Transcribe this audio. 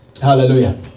Hallelujah